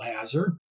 hazard